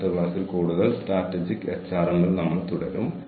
അതിനാൽ ഒരു ഇടവേളയ്ക്ക് ശേഷം ഞാൻ തുടരും